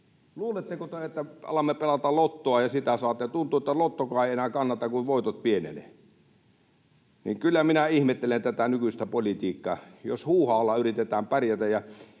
Luuletteko te, että alamme pelata lottoa ja sieltä saatte? Tuntuu, että lottokaan ei enää kannata, kun voitot pienenevät. Kyllä minä ihmettelen tätä nykyistä politiikkaa. Jos huuhaalla yritetään pärjätä